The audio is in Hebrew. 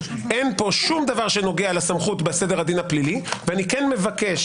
אין פה שום דבר שנוגע לסמכות בסדר הדין הפלילי ואני כן מבקש